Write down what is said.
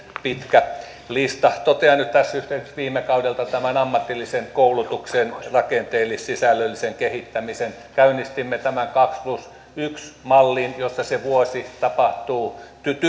pitkä lista totean nyt tässä yhteydessä esimerkiksi viime kaudelta tämän ammatillisen koulutuksen rakenteellis sisällöllisen kehittämisen käynnistimme tämän kaksi plus yksi mallin jossa se vuosi tapahtuu